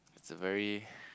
that's a very